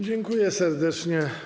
Dziękuję serdecznie.